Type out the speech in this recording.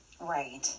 Right